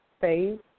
phase